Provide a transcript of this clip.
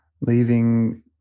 leaving